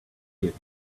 give